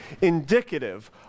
indicative